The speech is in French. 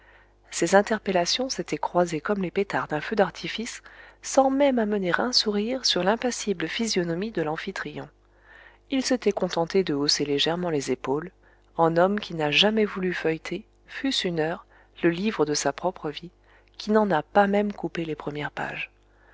ces interpellations s'étaient croisées comme les pétards d'un feu d'artifice sans même amener un sourire sur l'impassible physionomie de l'amphitryon il s'était contenté de hausser légèrement les épaules en homme qui n'a jamais voulu feuilleter fût-ce une heure le livre de sa propre vie qui n'en a pas même coupé les premières pages